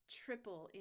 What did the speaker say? triple